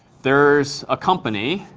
there's a company.